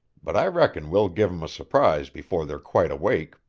but i reckon we'll give em a surprise before they're quite awake.